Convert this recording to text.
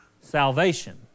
salvation